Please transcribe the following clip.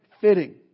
fitting